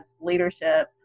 leadership